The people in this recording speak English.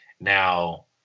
Now